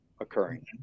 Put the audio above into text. occurring